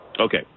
Okay